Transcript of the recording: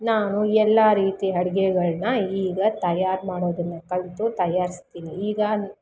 ನಾನು ಎಲ್ಲ ರೀತಿ ಅಡ್ಗೆಗಳ್ನ ಈಗ ತಯಾರು ಮಾಡೋದನ್ನು ಕಲಿತು ತಯಾರಿಸ್ತೀನಿ ಈಗ